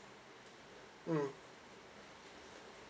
mm